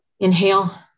Inhale